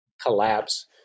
collapse